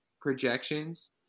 projections